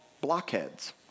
blockheads